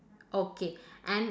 okay and